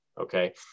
Okay